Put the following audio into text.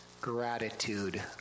gratitude